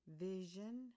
Vision